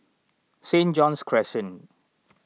Saint John's Crescent